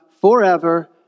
forever